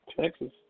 Texas